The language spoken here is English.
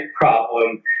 problem